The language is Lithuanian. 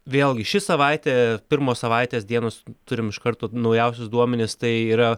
vėlgi ši savaitė pirmos savaitės dienos turim iš karto naujausius duomenis tai yra